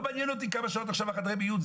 לא מעניין אותי עכשיו כמה שעות חדרי המיון עכשיו,